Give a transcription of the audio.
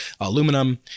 Aluminum